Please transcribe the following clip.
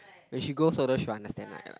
where she go so the she will understand ah ya